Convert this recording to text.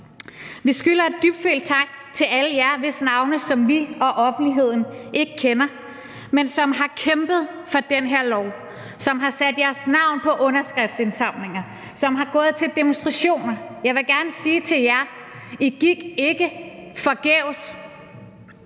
Vi skylder en dybfølt tak til alle jer, hvis navne vi og offentligheden ikke kender, men som har kæmpet for den her lov, som har sat jeres navn på underskriftindsamlinger, som har gået til demonstrationer. Jeg vil gerne sige til jer: I gik ikke forgæves.